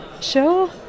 Sure